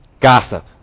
Gossip